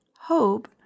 hope